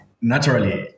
Naturally